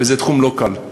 וזה תחום לא קל.